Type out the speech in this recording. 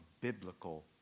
Biblical